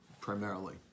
primarily